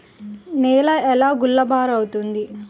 నేల ఎలా గుల్లబారుతుంది?